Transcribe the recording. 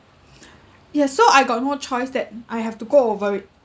yes so I got no choice that I have to go over it